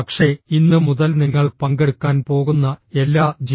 പക്ഷേ ഇന്ന് മുതൽ നിങ്ങൾ പങ്കെടുക്കാൻ പോകുന്ന എല്ലാ ജി